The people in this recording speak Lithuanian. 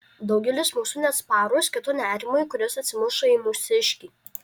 daugelis mūsų neatsparūs kito nerimui kuris atsimuša į mūsiškį